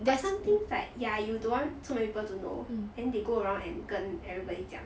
but some things like ya you don't want so many people to know then they go around and 跟 everybody 讲